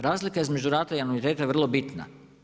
Razlika između rata i anuiteta je vrlo bitna.